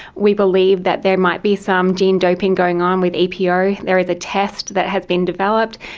we believe that there might be some gene doping going on with epo. there is a test that has been developed.